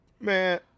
Man